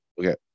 Okay